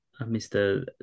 Mr